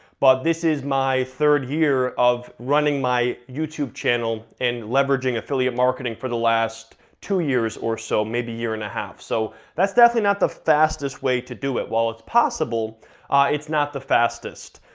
but this is my third year of running my youtube channel and leveraging affiliate marketing for the last two years or so, maybe year and a half. so that's definitely not the fastest way to do it, while it's possible it's not the fastest.